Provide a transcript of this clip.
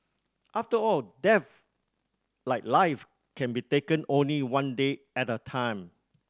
after all death like life can be taken only one day at a time